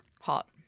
Hot